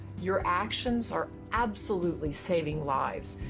your actions are absolutely saving lives,